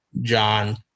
John